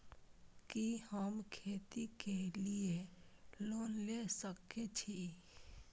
कि हम खेती के लिऐ लोन ले सके छी?